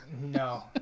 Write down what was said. No